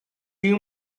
you